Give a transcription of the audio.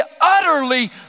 utterly